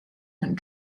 and